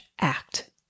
act